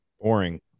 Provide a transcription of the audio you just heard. Boring